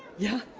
yeah.